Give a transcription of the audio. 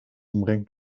omringd